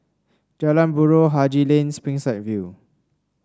Jalan Buroh Haji Lane Springside View